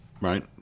right